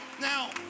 Now